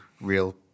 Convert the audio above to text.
real